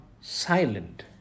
silent